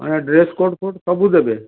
ଆଜ୍ଞା dress coat ଫୋର୍ଟ ସବୁ ଦେବେ